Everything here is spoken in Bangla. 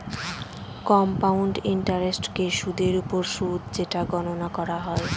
কম্পাউন্ড ইন্টারেস্টকে সুদের ওপর সুদ যেটা গণনা করা হয়